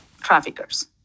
traffickers